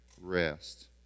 rest